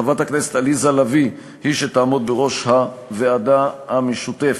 חברת הכנסת עליזה לביא היא שתעמוד בראש הוועדה המשותפת.